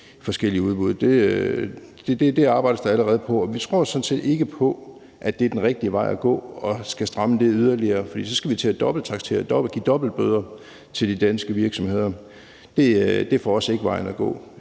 forskellige udbud. Det arbejdes der allerede på, og vi tror jo sådan set ikke på, at det er den rigtige vej at gå at stramme det yderligere, for så skal vi til at dobbelttaksere, give dobbeltbøder til danske virksomheder. Det er for os at se ikke vejen at gå.